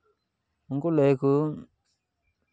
ᱩᱱᱠᱩ ᱞᱟᱹᱭ ᱟᱠᱚ